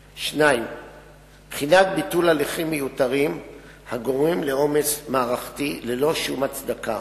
2. בחינת ביטול הליכים מיותרים הגורמים לעומס מערכתי ללא שום הצדקה,